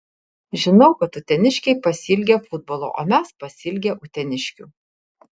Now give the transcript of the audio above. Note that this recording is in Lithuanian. žinau kad uteniškiai pasiilgę futbolo o mes pasiilgę uteniškių